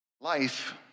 Life